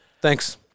Thanks